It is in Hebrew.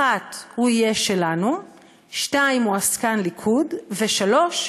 1. הוא יהיה שלנו, 2. הוא עסקן ליכוד, ו-3.